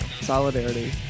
Solidarity